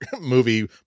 movie